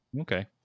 okay